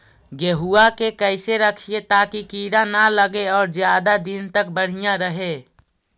गेहुआ के कैसे रखिये ताकी कीड़ा न लगै और ज्यादा दिन तक बढ़िया रहै?